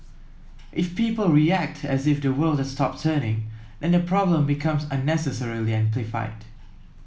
if people react as if the world has stopped turning then the problem becomes unnecessarily amplified